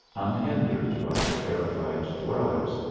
unhindered by the terrified dwellers,